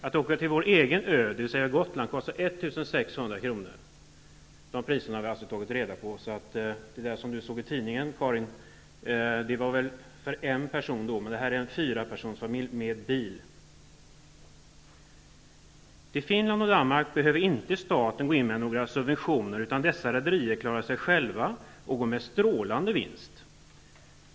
Att åka till vår egen ö Gotland kostar 1 600 kr. tur och retur. Dessa priser har jag tagit reda på, så de priser som Karin Pilsäter sett i tidningen gällde för en person. De priser som jag har angett gäller alltså för en fyrapersonsfamilj med bil. När det gäller färjor till Finland och Danmark behöver inte staten gå in med några subventioner, utan dessa rederier klarar sig själva och går med strålande vinst.